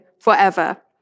forever